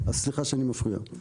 אז סליחה שאני מפריע.